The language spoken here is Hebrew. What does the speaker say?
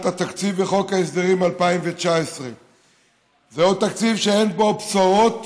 התקציב וחוק ההסדרים 2019. זהו תקציב שאין בו בשורות